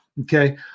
Okay